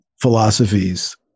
philosophies